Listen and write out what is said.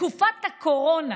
בתקופת הקורונה.